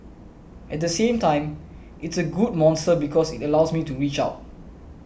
at the same time it's a good monster because it allows me to reach out